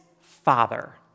Father